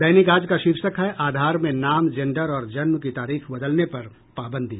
दैनिक आज का शीर्षक है आधार में नाम जेंडर और जन्म की तारीख बदलने पर पाबंदी